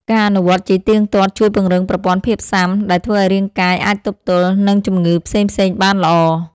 ការអនុវត្តជាទៀងទាត់ជួយពង្រឹងប្រព័ន្ធភាពស៊ាំ ដែលធ្វើឱ្យរាងកាយអាចទប់ទល់នឹងជំងឺផ្សេងៗបានល្អ។